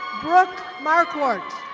brook marquart.